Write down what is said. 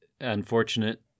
unfortunate